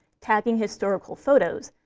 tagging historical photos,